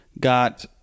got